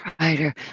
writer